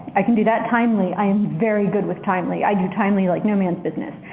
i can do that. timely. i am very good with timely. i do timely like no man's business.